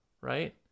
right